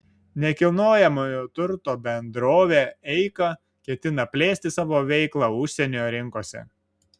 nekilnojamojo turto bendrovė eika ketina plėsti savo veiklą užsienio rinkose